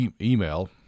email